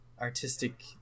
artistic